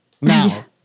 Now